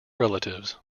relatives